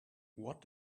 what